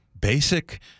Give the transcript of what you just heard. basic